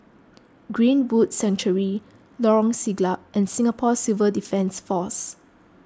Greenwood Sanctuary Lorong Siglap and Singapore Civil Defence force